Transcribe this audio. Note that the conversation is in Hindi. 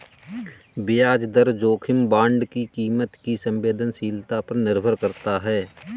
ब्याज दर जोखिम बांड की कीमत की संवेदनशीलता पर निर्भर करता है